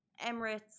Emirates